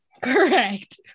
Correct